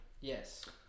Yes